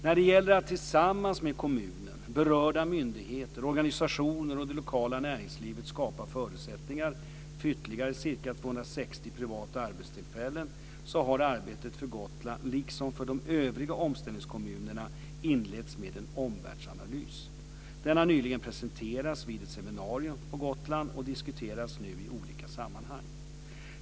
När det gäller att tillsammans med kommunen, berörda myndigheter, organisationer och det lokala näringslivet skapa förutsättningar för ytterligare ca 260 privata arbetstillfällen så har arbetet för Gotland, liksom för de övriga omställningskommunerna, inletts med en omvärldsanalys. Den har nyligen presenterats vid ett seminarium på Gotland och diskuteras nu i olika sammanhang.